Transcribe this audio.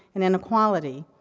and inequality.